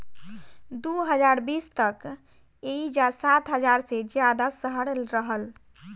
दू हज़ार बीस तक एइजा सात हज़ार से ज्यादा शहर रहल